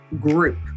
group